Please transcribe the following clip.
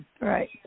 right